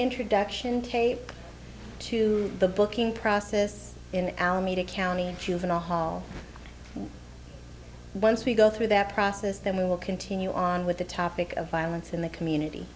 introduction to the booking process in alameda county juvenile hall once we go through that process then we will continue on with the topic of violence in the community